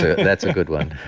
that's a good one.